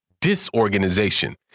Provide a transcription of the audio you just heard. disorganization